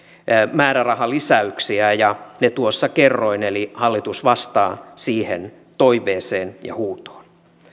määrärahalisäyksiä ja ne tuossa kerroin eli hallitus vastaa siihen toiveeseen ja huutoon